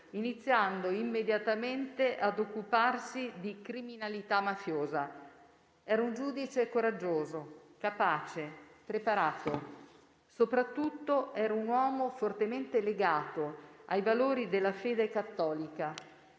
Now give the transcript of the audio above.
iniziando immediatamente a occuparsi di criminalità mafiosa. Era un giudice coraggioso, capace, preparato; soprattutto, era un uomo fortemente legato ai valori della fede cattolica: